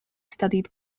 studied